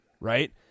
right